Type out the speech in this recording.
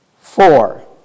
Four